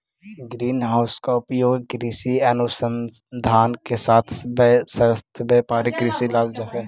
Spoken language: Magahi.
ग्रीन हाउस का उपयोग कृषि अनुसंधान के साथ साथ व्यापारिक कृषि ला भी करल जा हई